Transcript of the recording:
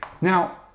Now